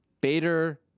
Bader